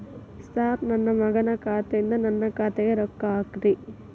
sir ನನ್ನ ಮಗನ ಖಾತೆ ಯಿಂದ ನನ್ನ ಖಾತೆಗ ರೊಕ್ಕಾ ಹಾಕ್ರಿ